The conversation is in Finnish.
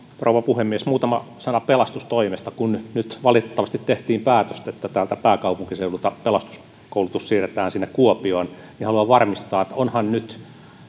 rouva puhemies muutama sana pelastustoimesta kun nyt valitettavasti tehtiin päätös että täältä pääkaupunkiseudulta pelastuskoulutus siirretään sinne kuopioon niin haluan varmistaa että onhan nyt